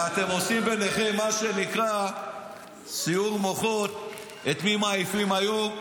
ועושים ביניכם מה שנקרא סיעור מוחות את מי מעיפים היום,